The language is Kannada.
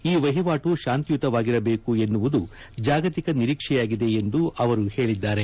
ಈ ವಹಿವಾಟು ಶಾಂತಿಯುತವಾಗಿರಬೇಕು ಎನ್ನುವುದು ಜಾಗತಿಕ ನಿರೀಕ್ಷೆಯಾಗಿದೆ ಎಂದು ಅವರು ಹೇಳಿದ್ದಾರೆ